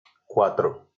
cuatro